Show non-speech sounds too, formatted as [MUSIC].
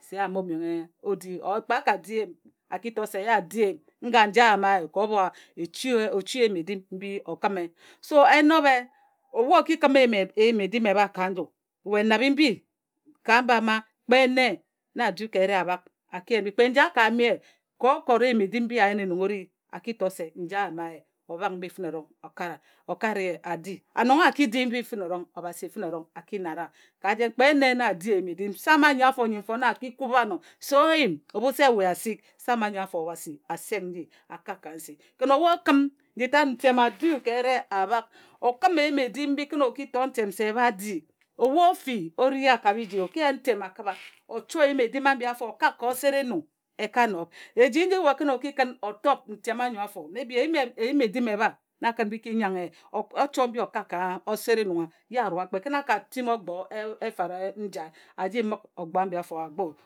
Se ye a mo menghe o di. [UNINTELLIGIBLE] Or kpe a kadi eyim, a ki to se ye a di eyim nga njae a yama ye o ka obho a ochi eyim eidm mbi o kǝme [UNINTELLIGIBLE] so e nobhe obhu o ki kǝm eyim edim ebha ka nju we nabhe mbi ka mba ke nne na a du ka ere a bhak a ki yen mbi kpe a ka yam ye ka okot eyim edim mbi a yen nong e ri a ki to se njae a yama ye obhak mbi fǝne e rong o kare ye a di [UNINTELLIGIBLE] an nong a ki di mbi fǝne erong Obhasi nare wa ka jen kpe ene na a di eyim edim, sama anyi afo nyi mfone a ki kub ano se o yim ebhu se we asik. Sama anyi afo Obhasi a seng nji a kak ka nsi. Kǝn o kǝm nji ntem a du ka ere a bhak o kǝm eyim edim mbi kǝn o ki ntem se ba di ebhu o fi o ri a ka biji o ki yen ntem a kǝbha o choe eyim edim ambi o kak ka osere enung e ka nob eji we kǝn o ki kǝn o tob ntem anyo afo maybe [UNINTELLIGIBLE] eyim edim ebha na kǝn bi nyanghe [UNINTELLIGIBLE] ye o choe mbi o ka osere enung a ye a rua kpe kǝn a ka limi o gbo efare njae a ji mǝk agbo.